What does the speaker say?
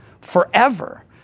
forever